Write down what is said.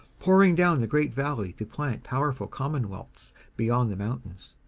pouring down the great valley to plant powerful commonwealths beyond the mountains.